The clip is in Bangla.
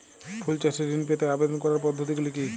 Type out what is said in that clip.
ফুল চাষে ঋণ পেতে আবেদন করার পদ্ধতিগুলি কী?